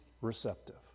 receptive